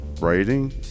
writing